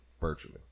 virtually